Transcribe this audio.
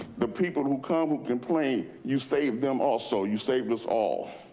the people who come, who complain, you saved them, also, you saved us all.